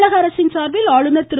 தமிழக அரசின் சார்பில் ஆளுநர் திரு